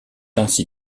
ainsi